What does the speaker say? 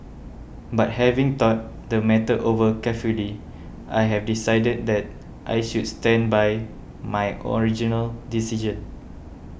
but having thought the matter over carefully I have decided that I should stand by my original decision